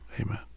Amen